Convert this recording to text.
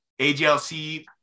AGLC